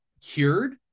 cured